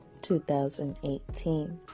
2018